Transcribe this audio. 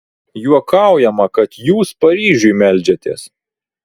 juokaujama kad jūs paryžiui meldžiatės